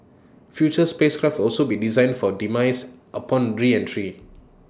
future spacecraft will also be designed for demise upon reentry